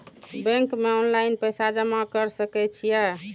Bank में online पैसा जमा कर सके छीये?